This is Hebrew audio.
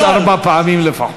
מנוטרל, וקם שלוש-ארבע פעמים לפחות.